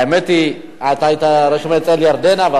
האמת היא, אתה היית רשום אצל ירדנה.